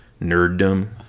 nerddom